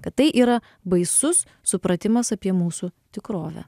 kad tai yra baisus supratimas apie mūsų tikrovę